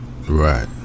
Right